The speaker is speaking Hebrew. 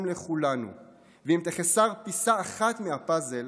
לכולם --- ואם תחסר פיסה אחת מהפאזל,